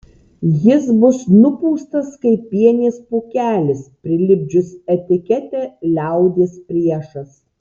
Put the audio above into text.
jis bus nupūstas kaip pienės pūkelis prilipdžius etiketę liaudies priešas